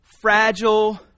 fragile